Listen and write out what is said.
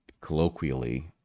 colloquially